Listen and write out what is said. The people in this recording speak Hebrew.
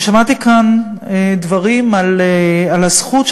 שמעתי כאן דברים על הזכות,